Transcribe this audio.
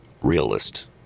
realist